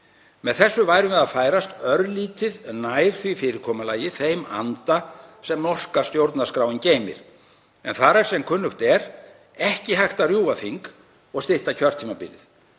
Með þessu værum við að færast örlítið nær því fyrirkomulagi, þeim anda, sem norska stjórnarskráin geymir, en þar er sem kunnugt er ekki hægt að rjúfa þing og stytta kjörtímabilið.